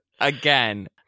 again